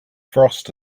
frost